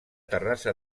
terrassa